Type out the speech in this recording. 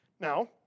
Now